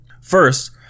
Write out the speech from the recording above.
First